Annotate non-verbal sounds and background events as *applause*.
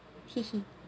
*laughs*